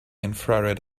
infrared